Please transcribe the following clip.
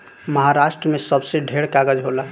महारास्ट्र मे सबसे ढेर कागज़ होला